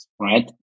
right